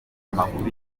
amakuru